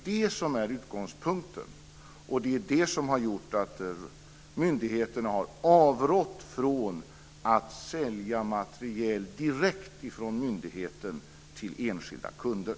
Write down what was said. Det är utgångspunkten, och det har gjort att myndigheterna har avrått från att sälja materiel direkt från myndigheten till enskilda kunder.